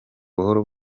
buhoro